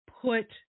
put